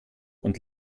und